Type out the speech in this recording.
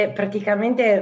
praticamente